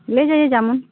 ले जाईए जामुन